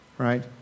Right